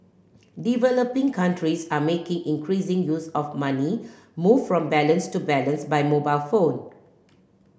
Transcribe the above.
developing countries are making increasing use of money moved from balance to balance by mobile phone